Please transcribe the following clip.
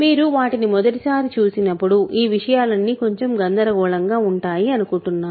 మీరు వాటిని మొదటిసారి చూసినప్పుడు ఈ విషయాలన్నీ కొంచెం గందరగోళంగా ఉంటాయి అనుకుంటున్నాను